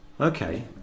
okay